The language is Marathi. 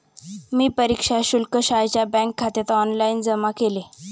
मी परीक्षा शुल्क शाळेच्या बँकखात्यात ऑनलाइन जमा केले